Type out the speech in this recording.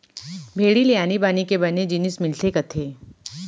भेड़ी ले आनी बानी के बने जिनिस मिलथे कथें